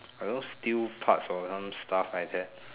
I don't know steel parts or some stuff like that